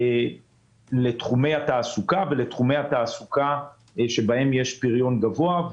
לתחומי התעסוקה ולאלה שבהם יש פריון גבוה.